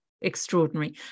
extraordinary